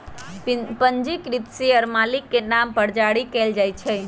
पंजीकृत शेयर मालिक के नाम पर जारी कयल जाइ छै